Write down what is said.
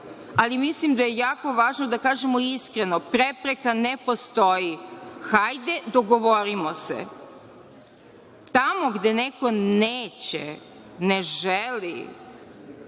Mislim da je jako važno da kažemo iskreno, prepreka ne postoji. Hajde dogovorimo se. Tamo gde neko neće, ne želi,